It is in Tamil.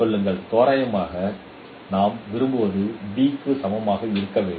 சொல்லுங்கள் தோராயமாக நாம் விரும்புவது b க்கு சமமாக இருக்க வேண்டும்